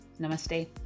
namaste